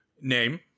name